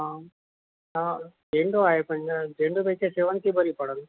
हा हा झेंडू आहे पण झेंडूपेक्षा शेवंती बरी पडंल